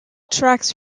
tracks